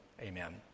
Amen